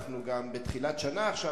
אנחנו גם בתחילת שנה עכשיו,